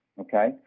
okay